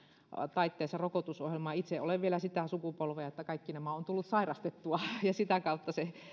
taitteessa rokotusohjelmaan itse olen vielä sitä sukupolvea että kaikki nämä on tullut sairastettua ja sitä kautta se